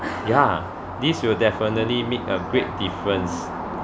ya this will definitely made a great difference